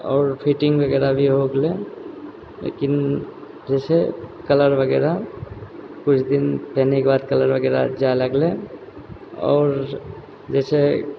आओर फीटिंग वगैरह भी हो गेलै लेकिन जे छै कलर वगैरह कुछ दिन पहिनयके बाद कलर वगैरह जाय लगलै आओर जे छै